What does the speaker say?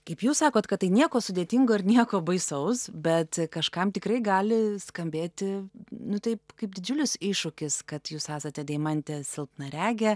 kaip jūs sakot kad tai nieko sudėtingo ir nieko baisaus bet kažkam tikrai gali skambėti nu taip kaip didžiulis iššūkis kad jūs esate deimante silpnaregė